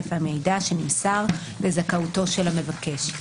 היקף המידע שנמסר לזכאותו של המבקש.